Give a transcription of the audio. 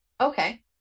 Okay